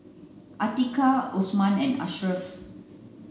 Atiqah Osman and Ashraff